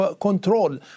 control